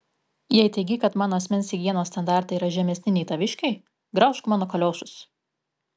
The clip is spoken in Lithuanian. jei teigi kad mano asmens higienos standartai yra žemesni nei taviškiai graužk mano kaliošus